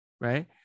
right